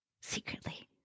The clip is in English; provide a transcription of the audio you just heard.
secretly